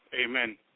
Amen